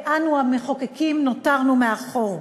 ואנחנו המחוקקים נותרנו מאחור.